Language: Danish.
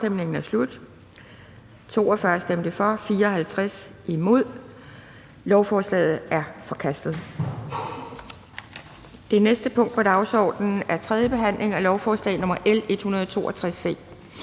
hverken for eller imod stemte 0. Lovforslaget er forkastet. --- Det næste punkt på dagsordenen er: 32) 3. behandling af lovforslag nr. L 161: